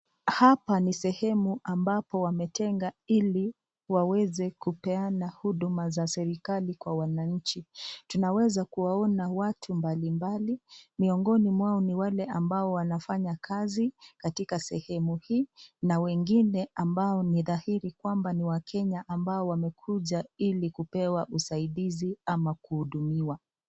Hapa ni sehemu ambapo wametenga ili waweze kupeana huduma za serikali kwa wananchi, tunaweza kuwaona watu mbalimbali miongoni mwao ni wale ambao wanafanya kazi katika sehemu hii na wengi ambao ni wadhahiri kwamba ni wakenya ambao wamekuja ili kupewa usaidizi ama kuhudumiwa.